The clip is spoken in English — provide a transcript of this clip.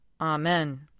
Amen